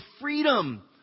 freedom